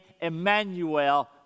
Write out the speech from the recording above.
Emmanuel